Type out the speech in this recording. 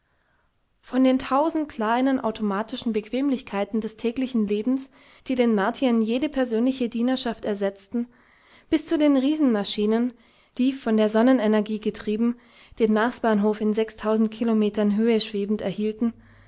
von den tausend kleinen automatischen bequemlichkeiten des täglichen lebens die den martiern jede persönliche dienerschaft ersetzten bis zu den riesenmaschinen die von der sonnenenergie getrieben den marsbahnhof in sechstausend kilometer höhe schwebend erhielten